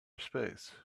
space